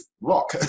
rock